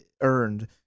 earned